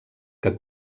que